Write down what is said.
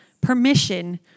permission